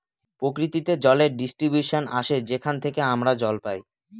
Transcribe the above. প্রকৃতিতে জলের ডিস্ট্রিবিউশন আসে যেখান থেকে আমরা জল পাই